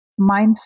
mindset